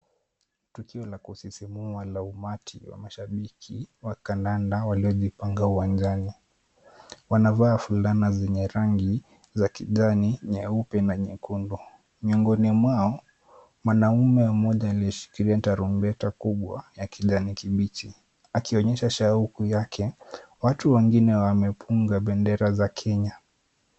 Tukio la kusisimua la umati wa mashabiki wa kandanda waliojipanga uwanjani, wanavaa fulana zenye rangi za kijani, nyeupe na nyekundu, miongoni mwao mwanamume mmoja aliyeshikilia tarumbeta kubwa ya kijani kibichi, akionyesha shauku yake, watu wengine wamepunga bendera za Kenya.